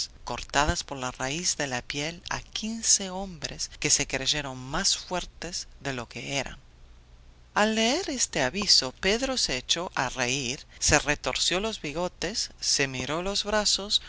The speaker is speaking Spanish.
cortadas por la raíz de la piel a quince hombres que se creyeron más fuertes de lo que eran al leer este aviso pedro se echó a reír se retorció los bigotes se miró los brazos